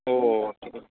ও ঠিক আছে